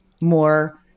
more